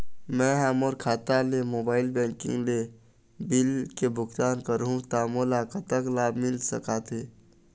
मैं हा मोर खाता ले मोबाइल बैंकिंग ले बिल के भुगतान करहूं ता मोला कतक लाभ मिल सका थे?